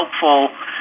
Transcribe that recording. helpful